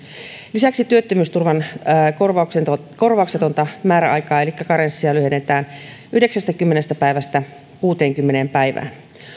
lisäksi työttömyysturvan korvauksetonta korvauksetonta määräaikaa elikkä karenssia lyhennetään yhdeksästäkymmenestä päivästä kuuteenkymmeneen päivään